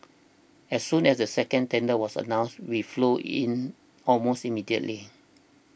as soon as the second tender was announced we flew in almost immediately